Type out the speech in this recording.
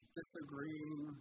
disagreeing